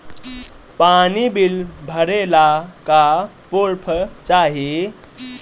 पानी बिल भरे ला का पुर्फ चाई?